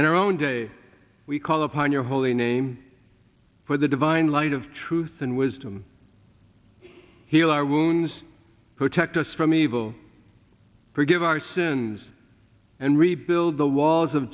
in our own day we call upon your holy name for the divine light of truth and wisdom heal our wounds protect us from evil forgive our sins and rebuild the walls of